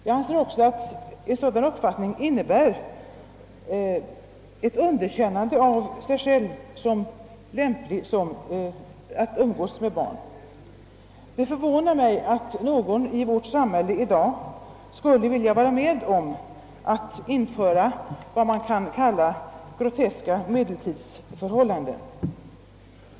Den innebär också att vederbörande underkänner sig själv som lämplig att umgås med barn. Det förvånar mig att någon i vårt samhälle i dag skulle vilja vara med om att införa vad som kan betecknas som groteska medeltidsförhållanden.